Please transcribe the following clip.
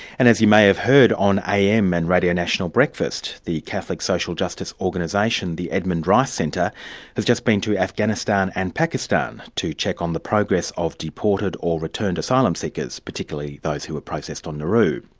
and as you may have heard on am and radio national breakfast, the catholic social justice organisation the edmund rice centre has just been to afghanistan and pakistan to check on the progress of deported or returned asylum seekers, particularly those who were processed on nauru.